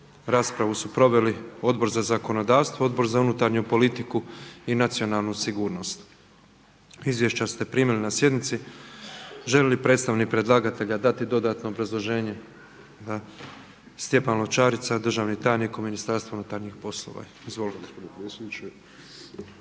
Raspravu su proveli Odbor za zakonodavstvo, Odbor za unutarnju politiku i nacionalnu sigurnost. Izvješća ste primili na sjednici. Želi li predstavnik predlagatelja dati dodatno obrazloženje? Da. Stjepan Lončarica državni tajnik u MUP-u. Izvolite.